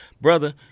Brother